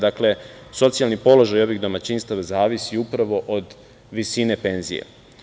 Dakle, socijalni položaj ovih domaćinstava zavisi upravo od visine penzije.